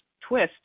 twist